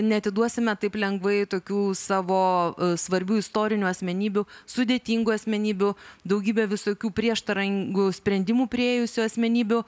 neatiduosime taip lengvai tokių savo svarbių istorinių asmenybių sudėtingų asmenybių daugybę visokių prieštaringų sprendimų priėjusių asmenybių